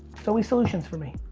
it's always solutions for me.